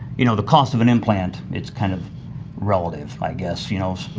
you know, the cost of an implant, it's kind of relative, i guess, you know.